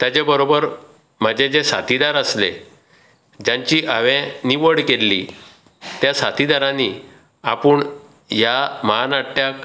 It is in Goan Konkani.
तेज्या बरोबर म्हजे जे साथीदार आसले जांची हांवें निवड केल्ली त्या साथीदारानी आपूण ह्या म्हानाट्याक